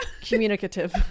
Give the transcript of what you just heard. communicative